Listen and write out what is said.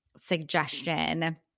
suggestion